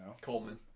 Coleman